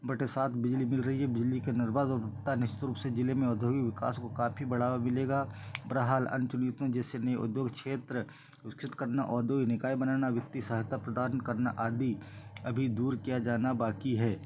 बटे सात बिजली बिल रही है बिजली के निर्बाध उपभोक्ता निश्चित रूप से जिले में औद्योगिक विकास को काफ़ी बढ़ावा मिलेगा बहराल अंतनियतों जैसे नए उद्योग क्षेत्र विकसित करना और औद्योगिक निकाय बनाना वित्तीय सहायता प्रदान करना आदि अभी दूर किया जाना बाकी है